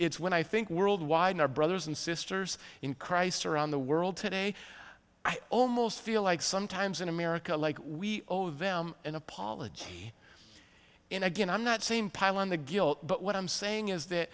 when i think worldwide our brothers and sisters in christ around the world today i almost feel like sometimes in america like we owe them an apology and again i'm not same pile on the guilt but what i'm saying is that